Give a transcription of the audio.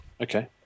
Okay